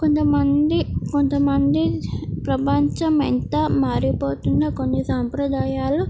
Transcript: కొంతమంది కొంతమంది ప్రపంచం ఎంత మారిపోతున్న కొన్ని సాంప్రదాయాలు